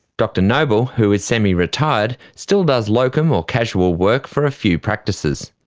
dr noble, who is semi-retired, still does locum or casual work for a few practices.